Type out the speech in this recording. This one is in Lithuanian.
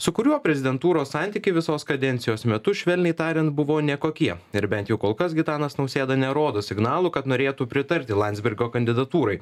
su kuriuo prezidentūros santykiai visos kadencijos metu švelniai tariant buvo nekokie ir bent jau kol kas gitanas nausėda nerodo signalų kad norėtų pritarti landsbergio kandidatūrai